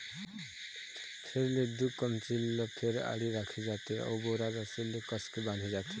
फेर ले दू कमचील ल फेर आड़ी रखे जाथे अउ बोरा रस्सी ले कसके बांधे जाथे